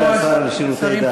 אדוני סגן השר לשירותי דת.